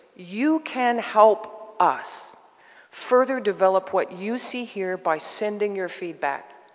you can help us further develop what you see here by sending your feedback.